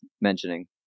mentioning